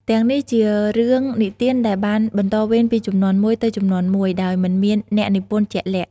ទាំងនេះជារឿងនិទានដែលបាន បន្តវេនពីជំនាន់មួយទៅជំនាន់មួយ ដោយមិនមានអ្នកនិពន្ធជាក់លាក់ ។